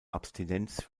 abstinenz